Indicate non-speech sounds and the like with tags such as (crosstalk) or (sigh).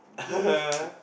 (laughs)